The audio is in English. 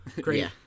great